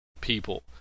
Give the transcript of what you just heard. people